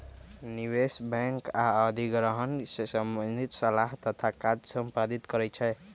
निवेश बैंक आऽ अधिग्रहण से संबंधित सलाह तथा काज संपादित करइ छै